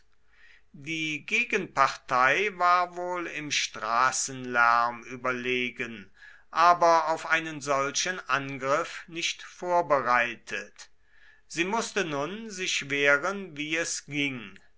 die gegenpartei war wohl im straßenlärm überlegen aber auf einen solchen angriff nicht vorbereitet sie mußte nun sich wehren wie es ging